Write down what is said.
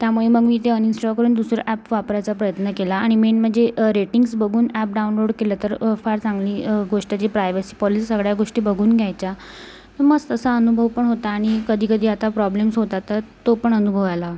त्यामुळे मग मी ते अनइंस्टॉल करून दुसरं ॲप वापरायचा प्रयत्न केला आणि मेन म्हणजे रेटिंग्ज बघून ॲप डाऊनलोड केलं तर फार चांगली गोष्ट जी प्रायव्हसी पॉलिसी सगळ्या गोष्टी बघून घ्यायच्या मस्त असा अनुभव पण होता आणि कधी कधी आता प्रॉब्लेम्स होतात तर तो पण अनुभव आला